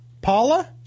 paula